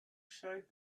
showed